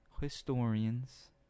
historians